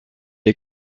est